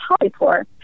polypore